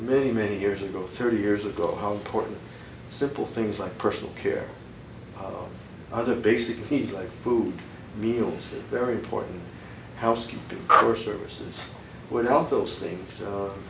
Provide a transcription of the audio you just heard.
many many years ago thirty years ago how important simple things like personal care either basic needs like food meals very important housekeeping or services one of those things